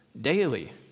daily